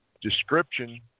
description